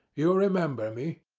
you remember me.